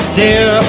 dear